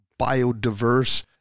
biodiverse